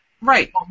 right